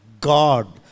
god